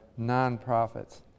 nonprofits